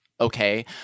Okay